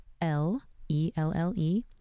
L-E-L-L-E